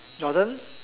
Jordan